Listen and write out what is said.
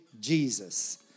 Jesus